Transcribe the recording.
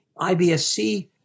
IBSC